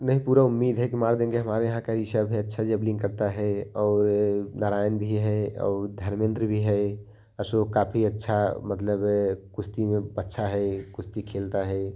नहीं पूरा उम्मीद हैं कि मार देगें हमारे यहाँ कैसव हैं अच्छा जैवलीन करता है और नारायण भी है और धर्मेंद्र भी है अशोक काफ़ी अच्छा मतलब कुश्ती में अच्छा है कुश्ती खेलता है